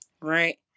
Right